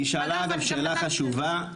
היא שאלה אבל שאלה חשובה,